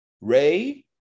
Ray